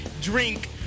drink